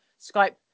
Skype